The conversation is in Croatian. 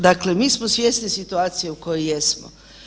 Dakle mi smo svjesni situacije u kojoj jesmo.